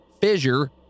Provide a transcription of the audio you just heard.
fissure